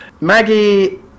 Maggie